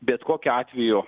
bet kokiu atveju